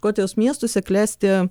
škotijos miestuose klesti